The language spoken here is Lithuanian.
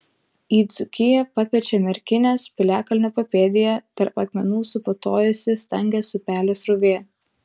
į dzūkiją pakviečia merkinės piliakalnio papėdėje tarp akmenų suputojusi stangės upelio srovė